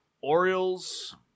Orioles